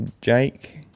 Jake